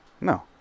No